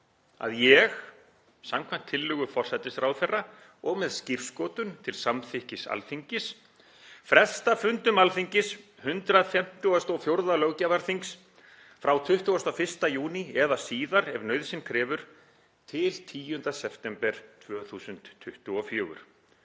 Að ég, samkvæmt tillögu forsætisráðherra og með skírskotun til samþykkis Alþingis, fresta fundum Alþingis, 154. löggjafarþings, frá 21. júní eða síðar ef nauðsyn krefur, til 10. september 2024.